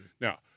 Now